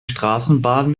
straßenbahn